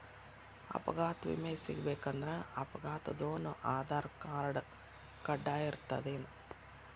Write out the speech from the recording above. ಅಪಘಾತ್ ವಿಮೆ ಸಿಗ್ಬೇಕಂದ್ರ ಅಪ್ಘಾತಾದೊನ್ ಆಧಾರ್ರ್ಕಾರ್ಡ್ ಕಡ್ಡಾಯಿರ್ತದೇನ್?